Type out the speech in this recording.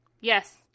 Yes